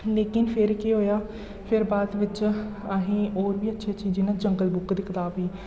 लेकिन फिर केह् होएआ फिर बाद बिच्च असें गी होर बी अच्छी अच्छी जि'यां जंगल बुक दी कताब ही